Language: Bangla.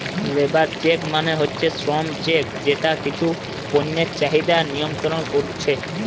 লেবার চেক মানে হচ্ছে শ্রম চেক যেটা কিছু পণ্যের চাহিদা নিয়ন্ত্রণ কোরছে